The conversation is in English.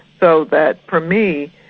so that for me,